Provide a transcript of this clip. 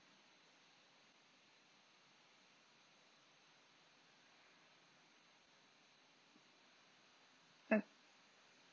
uh